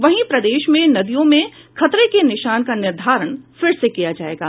वहीं प्रदेश में नदियों में खतरे के निशान का निर्धारण फिर से किया जायेगा